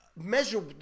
measure